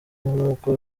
nuko